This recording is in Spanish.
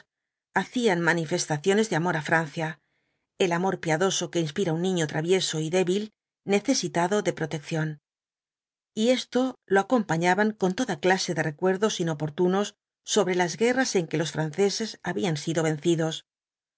hacían manifestaciones de amor á francia el amor piadoso que inspira un niño travieso y débil necesitado de protección y esto lo acompañaban con toda clase de recuerdos inoportunos sobre las guerras en que los franceses habían sido vencidos